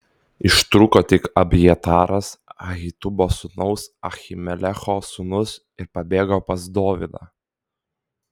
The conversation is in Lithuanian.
ištrūko tik abjataras ahitubo sūnaus ahimelecho sūnus ir pabėgo pas dovydą